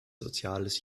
soziales